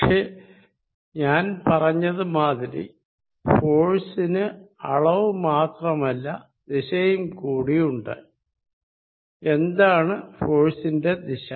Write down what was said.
പക്ഷെ ഞാൻ പറഞ്ഞത് മാതിരി ഫോഴ്സ്ന് അളവ് മാത്രമല്ല ദിശയും കൂടിയുണ്ട് എന്താണ് ഫോഴ്സ്ന്റെ ദിശ